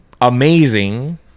amazing